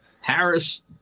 Harris